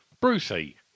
Brucey